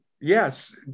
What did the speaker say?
yes